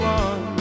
one